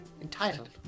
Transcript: Entitled